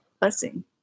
Blessing